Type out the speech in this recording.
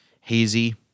hazy